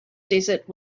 desert